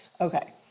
Okay